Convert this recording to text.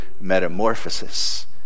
metamorphosis